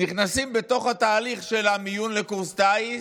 נכנסים לתהליך של המיון לקורס טיס,